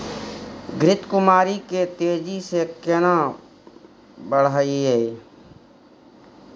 घृत कुमारी के तेजी से केना बढईये?